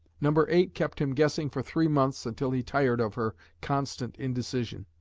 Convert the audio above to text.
number eight kept him guessing for three months, until he tired of her constant indecision,